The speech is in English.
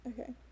okay